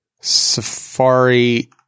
Safari